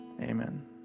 Amen